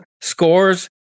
scores